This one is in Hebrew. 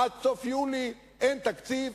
עד סוף יוני אין תקציב.